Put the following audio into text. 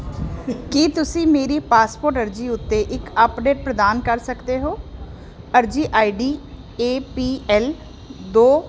ਕੀ ਤੁਸੀਂ ਮੇਰੀ ਪਾਸਪੋਰਟ ਅਰਜ਼ੀ ਉੱਤੇ ਇੱਕ ਅੱਪਡੇਟ ਪ੍ਰਦਾਨ ਕਰ ਸਕਦੇ ਹੋ ਅਰਜ਼ੀ ਆਈਡੀ ਏ ਪੀ ਐਲ ਦੋ